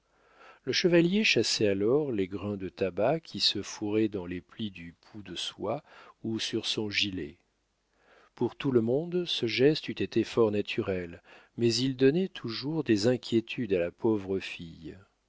le chevalier chassait alors les grains de tabac qui se fourraient dans les plis du pout de soie ou sur son gilet pour tout le monde ce geste eût été fort naturel mais il donnait toujours des inquiétudes à la pauvre fille